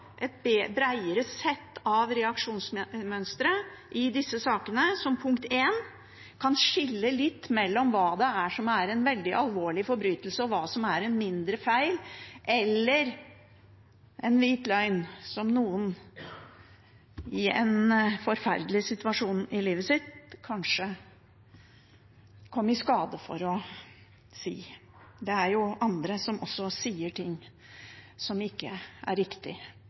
et bredere sett av reaksjonsmønstre i disse sakene, som kan skille mellom hva som er en veldig alvorlig forbrytelse, og hva som er en mindre feil – eller en hvit løgn, som noen i en forferdelig situasjon i livet sitt kanskje kom i skade for å si. Det er også andre som sier ting som ikke er riktig,